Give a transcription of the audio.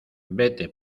vete